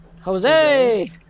Jose